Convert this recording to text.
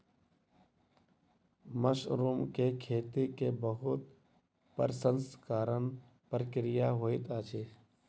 mushroom के खेती के बहुत प्रसंस्करण प्रक्रिया होइत अछि